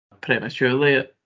prematurely